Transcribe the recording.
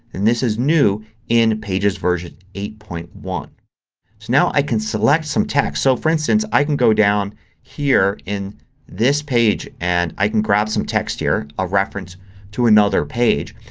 and this is new in pages version eight point one. so now i can select some text. so for instance, i can go down here in this page and i can grab some text here. a reference to another page.